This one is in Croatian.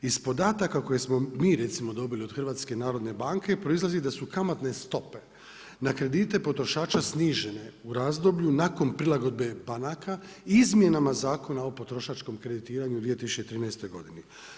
Iz podataka koje smo mi recimo dobili od HNB-a proizlazi da su kamatne stope na kredite potrošača snižene u razdoblju nakon prilagodbe banaka izmjenama Zakona o potrošačkom kreditiranju u 2013. godini.